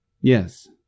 Yes